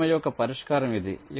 సాధ్యమయ్యే ఒక పరిష్కారం ఇది